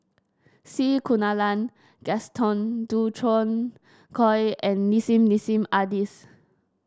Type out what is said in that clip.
C Kunalan Gaston Dutronquoy and Nissim Nassim Adis